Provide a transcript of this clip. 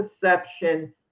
perception